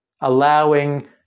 Allowing